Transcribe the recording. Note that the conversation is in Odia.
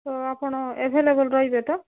ତ ଆପଣ ଏଭେଲେବୁଲ୍ ରହିବେ ତ